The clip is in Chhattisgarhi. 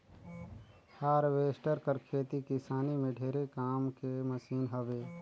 हारवेस्टर हर खेती किसानी में ढेरे काम के मसीन हवे